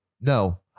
no